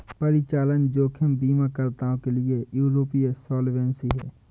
परिचालन जोखिम बीमाकर्ताओं के लिए यूरोपीय सॉल्वेंसी है